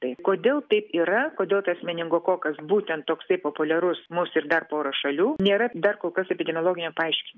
tai kodėl taip yra kodėl tas meningokokas būtent toksai populiarus mus ir dar pora šalių nėra dar kol kas epidemiologinio paaiški